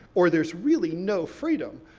or there's really no freedom.